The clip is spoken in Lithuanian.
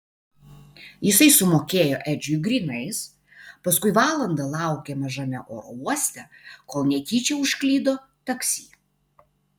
jisai sumokėjo edžiui grynais paskui valandą laukė mažame oro uoste kol netyčia užklydo taksi